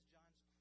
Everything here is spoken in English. John's